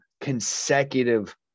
consecutive